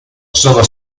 sono